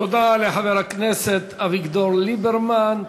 תודה לחבר הכנסת אביגדור ליברמן.